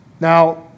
Now